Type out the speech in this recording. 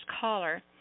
caller